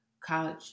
College